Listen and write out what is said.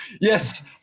yes